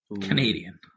Canadian